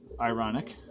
ironic